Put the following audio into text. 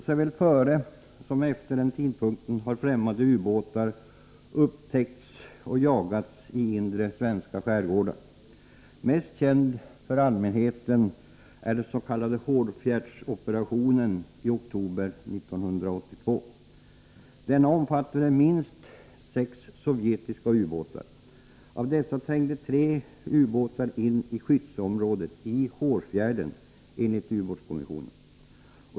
Såväl före som efter denna tidpunkt har främmande ubåtar upptäckts och jagats i inre svenska skärgårdar. Mest känd för allmänheten är dens.k. Hårsfjärdsoperationen i oktober 1982. Denna omfattade minst sex sovjetiska ubåtar. Av dessa trängde tre ubåtar in i skyddsområdet, i Hårsfjärden, enligt ubåtskommissionen.